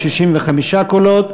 65 קולות,